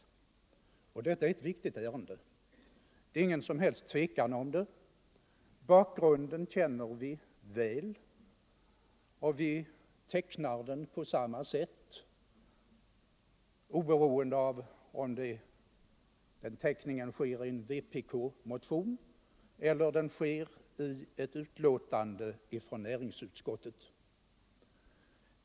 Och detta är ett — rörande skogsinduviktigt ärende, därom råder det inga som helst tvivel. strin Bakgrunden känner vi väl, och vi tecknar den på samma sätt oberoende av om teckningen sker i en vpk-motion eller i ett betänkande från näringsutskottet.